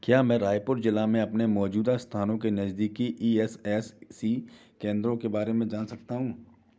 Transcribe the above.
क्या मैं रायपुर ज़िला में अपने मौजूदा स्थान के नज़दीकी ई एस एस सी केंद्रों के बारे में जान सकता हूँ